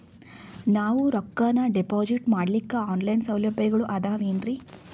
ನಾವು ರೊಕ್ಕನಾ ಡಿಪಾಜಿಟ್ ಮಾಡ್ಲಿಕ್ಕ ಆನ್ ಲೈನ್ ಸೌಲಭ್ಯಗಳು ಆದಾವೇನ್ರಿ?